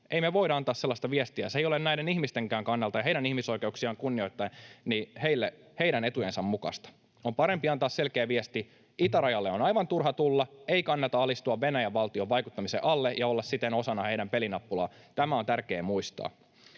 Ei me voida antaa sellaista viestiä, se ei ole näiden ihmistenkään kannalta ja heidän ihmisoikeuksiaan kunnioittaen heidän etujensa mukaista. On parempi antaa selkeä viesti: itärajalle on aivan turha tulla, ei kannata alistua Venäjän valtion vaikuttamisen alle ja olla siten osaltaan heidän pelinappulanaan. Tämä on tärkeää muistaa.